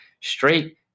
straight